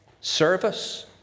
service